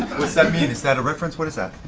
what's that mean? is that a reference? what is that?